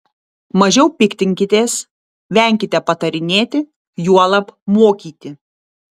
mažiau piktinkitės venkite patarinėti juolab mokyti